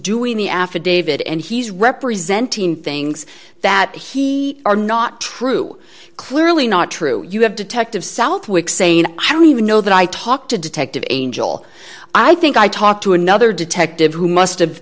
doing the affidavit and he's representing things that he are not true clearly not true you have detective southwick saying i don't even know that i talked to detective age all i think i talked to another detective who must've